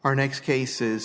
our next case